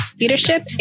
leadership